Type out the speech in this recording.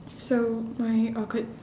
so my awkward